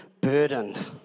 burdened